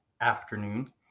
afternoon